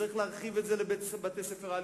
וצריך להרחיב את זה לבתי-הספר העל-יסודיים,